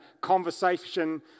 conversation